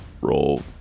Roll